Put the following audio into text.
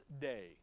day